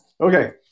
Okay